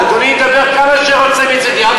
אדוני ידבר כמה שרוצה מצדי,